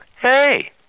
Hey